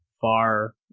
far